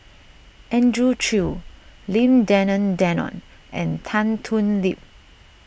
Andrew Chew Lim Denan Denon and Tan Thoon Lip